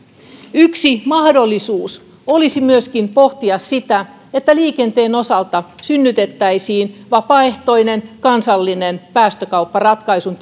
yksi mahdollisuus olisi myöskin pohtia sitä että liikenteen osalta synnytettäisiin vapaaehtoinen kansallinen päästökaupparatkaisun